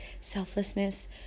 selflessness